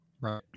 Right